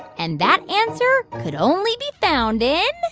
and that answer could only be found in.